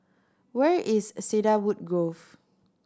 where is Cedarwood Grove